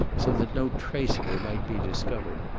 so that no trace of her might be discovered.